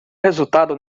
resultado